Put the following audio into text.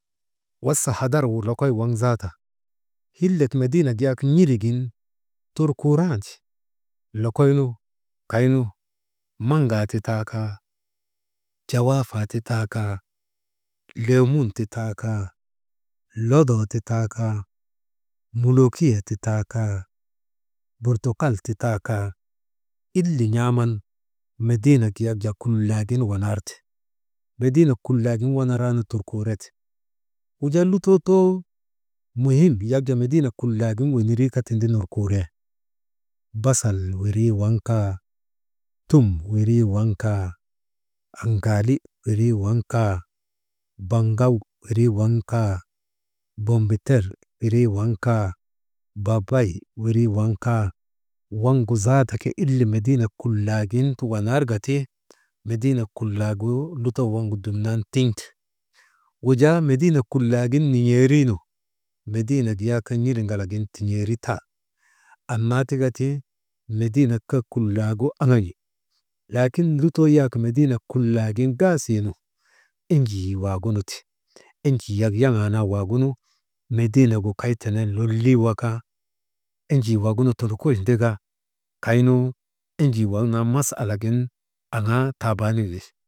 Wasa hadar lokoy waŋ zaata hillek n̰iligin turkuurandi, lokoy nu kay nu maŋgaa ti taa kaa, jawaafaa ti taa kaa, lemun ti taa kaa, lodoo ti taa kaa, muluuhiyee ti taa kaa, burtukal ti taa kaa, ille n̰aaman mediinek yak jaa kullagin wanar te, mediimek kullagin wanaaraanu turkuurete, wujaa lutoo too muhim mediinek kullagin wenerii kaa jaa tindi nurkuuree, basal wirii waŋ kaa, tum wirii waŋ kaa, aŋaali wirii waŋ kaa, baŋaw wirii waŋ kaa, bomboter irii waŋ kaa, papay wirii waŋ kaa wavgu zaata ke ile mediinek kullagin ti wanar ka ti mediinek kullagu lutoo waŋgu dumnan tin̰te, wujaa mediinek Kulagin nin̰eerii nu mediinek n̰iliŋalagin tin̰eeritan, annaa tika ti mediinek kullagu aŋan̰i. Laakin lutoo yak mediinek kullagin gasiinu, enjii wagunu ti, enjii yak yaŋaanaa wagunu mediinegu kay tenen lolii waka enjii wagunu tondroŋuchdaka kaynu enjii waŋ naa masalagin aŋaa taabanin wi.